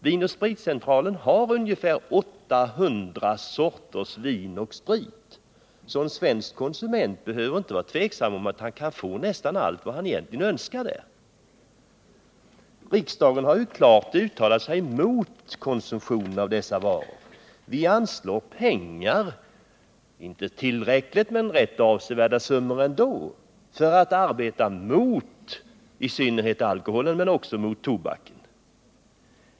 Vin & Spritcentralen har ungefär 800 sorters vin och sprit, så en svensk konsument behöver inte tvivla på att han kan få nästan allt vad han kan önska där. Riksdagen har klart uttalat sig mot en konsumtion av dessa varor. Vi anslår pengar-— visserligen inte tillräckligt, men ändå rätt avsevärda summor -— för att motarbeta användningen av i synnerhet alkohol men också tobak.